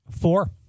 Four